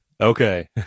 okay